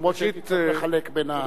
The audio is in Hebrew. אף-על-פי שהייתי צריך לחלק בין, בבקשה.